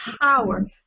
power